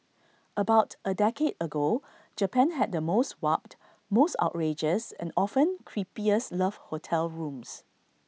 about A decade ago Japan had the most warped most outrageous and often creepiest love hotel rooms